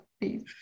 please